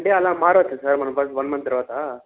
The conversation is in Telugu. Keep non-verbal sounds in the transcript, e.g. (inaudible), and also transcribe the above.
అంటే అలా మారొచ్చా సార్ మనం (unintelligible) వన్ మంత్ తర్వాతా